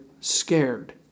scared